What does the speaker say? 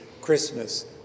Christmas